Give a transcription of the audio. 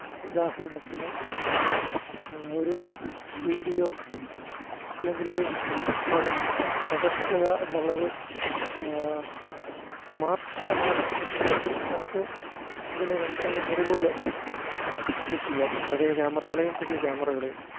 ഉദാഹരണത്തിന് ഒരു വീഡിയോ അല്ലെങ്കിലൊരു പകര്ചിത്രം പകര്ത്തുക എന്നുള്ളത് മാത്രമാണ് ലക്ഷ്യമെങ്കില് നമുക്ക് ഇതിനെ രണ്ടിനെയും ഒരുപോലെ ട്രീറ്റ് ചെയ്യാം പഴയ ക്യാമറകളെയും പുതിയ ക്യാമറകളെയും